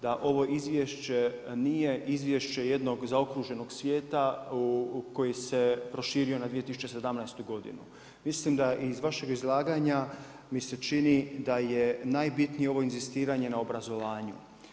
Da ovo izvješće nije izvješće jednog zaokruženog svijeta u koji se proširio na 2017. g. Mislim da iz vašeg izlaganja, mi se čini da je najbitnije ovo inzistiranje na obrazovanju.